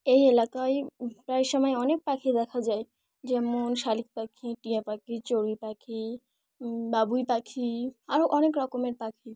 এই এলাকায় প্রায় সময় অনেক পাখি দেখা যায় যেমন শালিক পাখি টিয়া পাখি চড়ুই পাখি বাবুই পাখি আরও অনেক রকমের পাখি